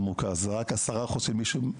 זה רק 10% ---.